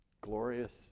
glorious